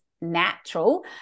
natural